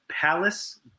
palace